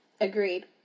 Agreed